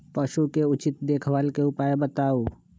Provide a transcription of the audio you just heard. पशु के उचित देखभाल के उपाय बताऊ?